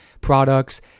products